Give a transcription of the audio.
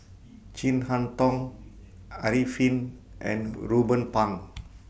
Chin Harn Tong Arifin and Ruben Pang